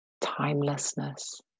timelessness